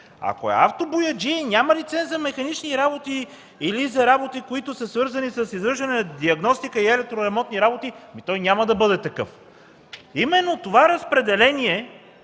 Ако е автобояджия и няма лиценз за механични работи или за работи, които са свързани с извършване на диагностика и електро-ремонтни работи, той няма да бъде такъв. Именно това разпределение,